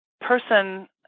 person